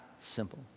simple